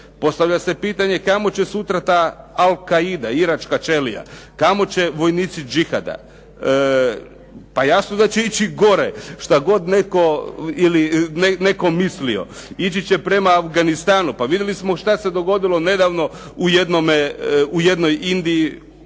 Postavlja se pitanje kamo će sutra Al-Qaida, iračka ćelija, kamo će vojnici Jihada. Pa jasno da će ići gore, šta god netko mislio ići će prema Afganistanu. Pa vidjeli smo šta se dogodilo nedavno u jednoj Indiji